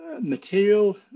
material